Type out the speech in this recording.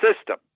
system